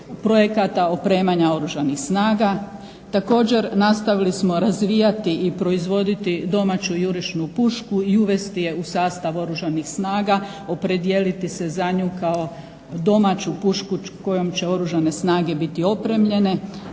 projekata opremanja Oružanih snaga. Također, nastavili smo razvijati i proizvoditi domaću jurišnu pušku i uvesti je u sastav Oružanih snaga, opredijeliti se za nju kao domaću pušku kojom će Oružane snage biti opremljene.